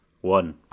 one